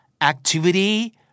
activity